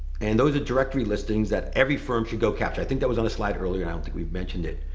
and those are directory listings that every firm should go capture. i think that was on the slide earlier, i don't think we've mentioned it.